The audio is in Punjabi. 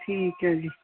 ਠੀਕ ਹੈ ਜੀ